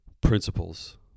principles